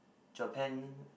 Japan